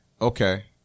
Okay